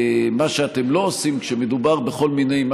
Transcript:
מה שאתם לא עושים כשמדובר בכל מיני מה